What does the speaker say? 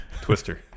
Twister